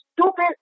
stupid